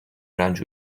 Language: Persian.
رنج